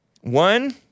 One